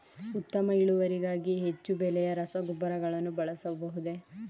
ಉತ್ತಮ ಇಳುವರಿಗಾಗಿ ಹೆಚ್ಚು ಬೆಲೆಯ ರಸಗೊಬ್ಬರಗಳನ್ನು ಬಳಸಬಹುದೇ?